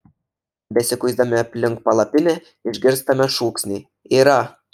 besikuisdami aplink palapinę išgirstame šūksnį yra